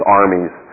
armies